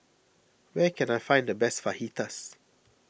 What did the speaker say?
where can I find the best Fajitas